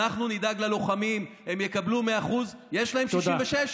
אנחנו נדאג ללוחמים, הם יקבלו 100%. יש להם 66?